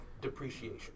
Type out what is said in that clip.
depreciation